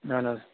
اَہَن حظ